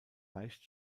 leicht